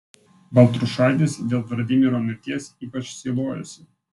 baltrušaitis dėl vladimiro mirties ypač sielojosi